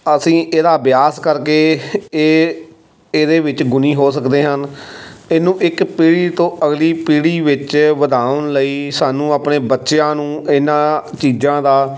ਅਸੀਂ ਇਹਦਾ ਅਭਿਆਸ ਕਰਕੇ ਇਹ ਇਹਦੇ ਵਿੱਚ ਗੁਣੀ ਹੋ ਸਕਦੇ ਹਨ ਇਹਨੂੰ ਇੱਕ ਪੀੜ੍ਹੀ ਤੋਂ ਅਗਲੀ ਪੀੜ੍ਹੀ ਵਿੱਚ ਵਧਾਉਣ ਲਈ ਸਾਨੂੰ ਆਪਣੇ ਬੱਚਿਆਂ ਨੂੰ ਇਹਨਾਂ ਚੀਜ਼ਾਂ ਦਾ